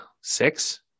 six